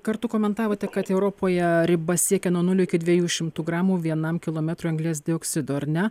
kartu komentavote kad europoje riba siekia nuo nulio iki dviejų šimtų gramų vienam kilometrui anglies dioksido ar ne